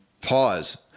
pause